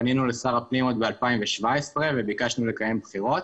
פנינו לשר הפנים עוד ב-2017 וביקשנו לקיים בחירות.